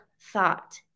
thought